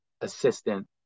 assistant